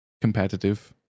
competitive